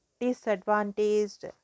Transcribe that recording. disadvantaged